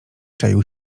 czaił